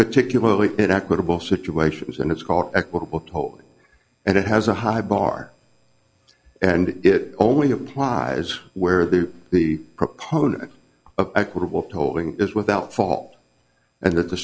particularly it equitable situations and it's called equitable tolling and it has a high bar and it only applies where the the proponent of equitable tolling is without fault and that the